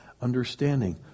understanding